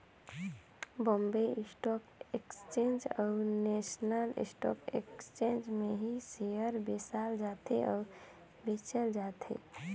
Bombay stock exchange अउ national stock exchange में ही सेयर बेसाल जाथे अउ बेंचल जाथे